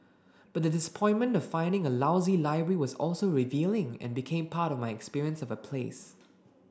but the disappointment of finding a lousy library was also revealing and became part of my experience of a place